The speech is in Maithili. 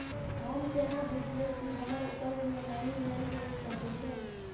हम केना बुझीये कि हमर उपज में नमी नय हुए सके छै?